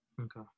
Okay